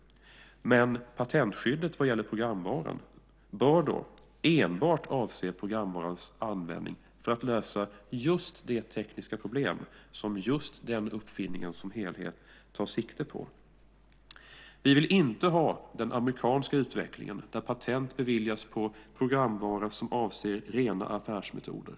Men patentskyddet vad gäller programvaran bör då enbart avse varans användning för att lösa just de tekniska problem som just den uppfinningen som helhet tar sikte på. Vi vill inte ha den amerikanska utvecklingen där patent beviljas på programvara som avser rena affärsmetoder.